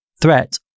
Threat